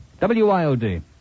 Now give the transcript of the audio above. WIOD